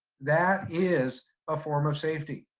that is a form of safety.